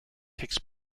takes